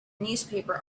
newspaper